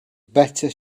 better